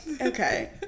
okay